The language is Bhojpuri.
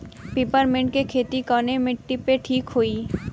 पिपरमेंट के खेती कवने माटी पे ठीक होई?